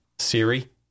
Siri